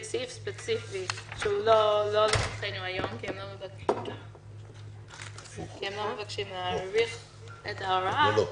סעיף ספציפי שהוא לא לפתחנו היום כי הם לא מבקשים להאריך את ההוראה.